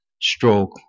stroke